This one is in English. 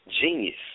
genius